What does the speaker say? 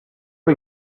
are